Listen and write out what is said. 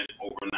overnight